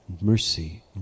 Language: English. mercy